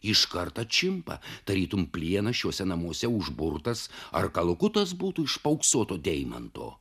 iškart atšimpa tarytum plienas šiuose namuose užburtas ar kalakutas būtų iš paauksuoto deimanto